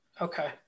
Okay